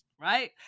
right